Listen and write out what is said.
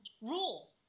rule